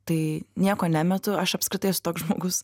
tai nieko nemetu aš apskritai esu toks žmogus